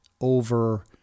over